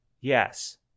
Yes